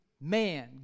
Man